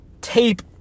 tape